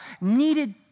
needed